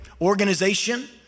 organization